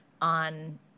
on